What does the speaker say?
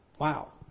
Wow